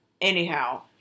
Anyhow